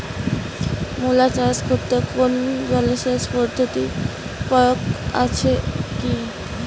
মূলা চাষ করতে কোনো জলসেচ পদ্ধতির প্রয়োজন আছে কী?